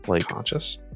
conscious